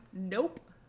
Nope